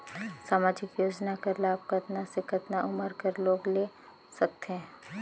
समाजिक योजना कर लाभ कतना से कतना उमर कर लोग ले सकथे?